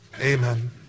Amen